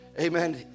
amen